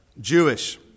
Jewish